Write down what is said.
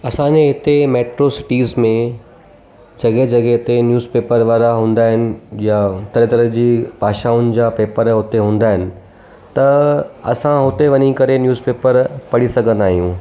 असांजे हिते metro cities में जॻहियुनि जॻह ते न्यूज़पेपर वारा हूंदा आइन या तरह तरह जी भाषाऊं जा पेपर हूते हूंदा आहिनि त असां हुते वञी करे न्यूज़पेपर पढ़ी सघंदा आहियूं